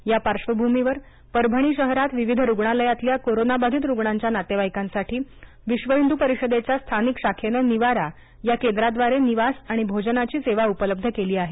या पार्श्वभूमीवर परभणी शहरात विविध रुग्णालयातल्या कोरोनाबाधीत रुग्णांच्या नातेवाईकांसाठी विश्व हिंदू परिषदेच्या स्थानिक शाखेनं निवारा या केंद्राद्वारे निवास आणि भोजनाची सेवा उपलब्ध केली आहे